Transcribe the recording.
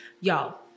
Y'all